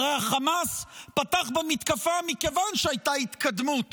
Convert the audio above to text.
הרי החמאס פתח במתקפה מכיוון שהייתה התקדמות